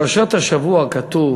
בפרשת השבוע כתוב